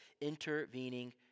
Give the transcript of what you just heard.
intervening